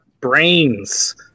brains